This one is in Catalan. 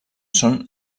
són